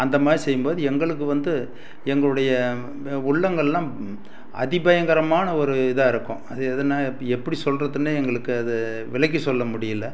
அந்தமாதிரி செய்யும் போது எங்களுக்கு வந்து எங்களுடைய உள்ளங்களெலாம் அதிபயங்கரமான ஒரு இதாக இருக்கும் அது எதுனால் எப் எப்படி சொல்வதுன்னே எங்களுக்கு அது விளக்கி சொல்ல முடியல